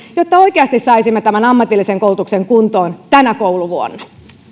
jotta oikeasti saisimme tämän ammatillisen koulutuksen kuntoon tänä kouluvuonna